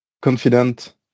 Confident